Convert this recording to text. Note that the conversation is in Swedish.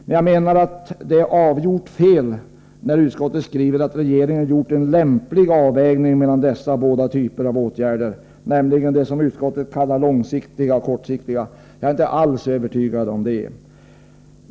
Men jag menar att det är avgjort fel när utskottet skriver ”att regeringen gjort en lämplig avvägning mellan dessa båda typer av åtgärder”, nämligen det som utskottet kallar långsiktiga och kortsiktiga åtgärder. Jag är inte alls övertygad om det.